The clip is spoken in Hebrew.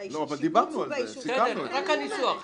איך את מבינה פה שזה על יסודי?